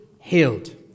healed